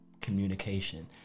communication